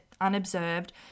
unobserved